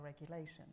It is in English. regulation